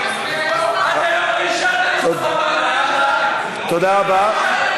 תודה רבה.